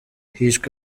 hishwe